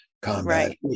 combat